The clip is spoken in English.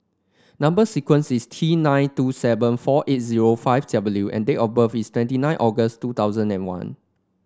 number sequence is T nine two seven four eight zero five W and date of birth is twenty nine August two thousand and one